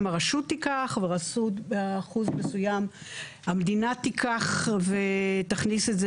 הרשות תיקח ואחוז מסוים המדינה תיקח ותכניס את זה